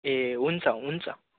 ए हुन्छ हुन्छ